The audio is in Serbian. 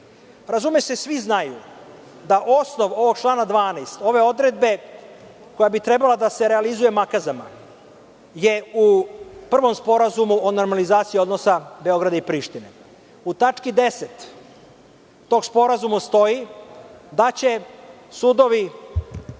Razume se, svi znaju da osnov ovog člana 12, ove odredbe koja bi trebala da se realizuje makazama, je u prvom sporazumu o normalizaciji odnosa Beograda i Prištine. U tački 10. tog sporazuma stoji da će sudovi